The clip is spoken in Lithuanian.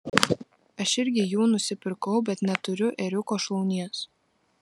aš irgi jų nusipirkau bet neturiu ėriuko šlaunies